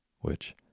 which